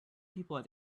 people